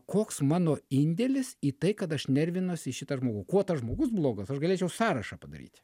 koks mano indėlis į tai kad aš nervinuosi į šitą žmogų kuo tas žmogus blogas aš galėčiau sąrašą padaryti